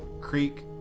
creek,